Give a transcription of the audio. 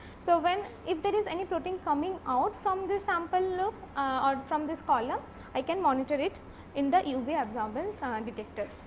so, when if there is any protein coming out from this sample loop or from this column i can monitor it in the uv absorbance ah and detector.